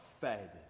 fed